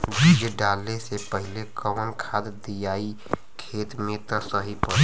बीज डाले से पहिले कवन खाद्य दियायी खेत में त सही पड़ी?